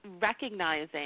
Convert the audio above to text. recognizing